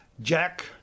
Jack